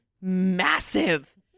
massive